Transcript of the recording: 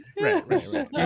Right